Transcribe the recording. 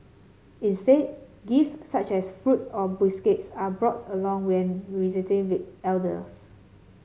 instead gifts such as fruits or biscuits are brought along when visiting we elders